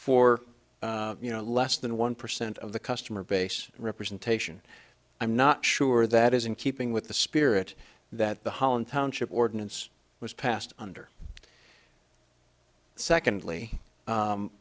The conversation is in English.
for you no less than one percent of the customer base representation i'm not sure that is in keeping with the spirit that the holland township ordinance was passed under secondly